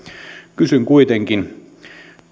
kysyn kuitenkin